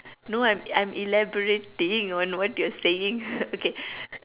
no I'm I'm elaborating on what you're saying okay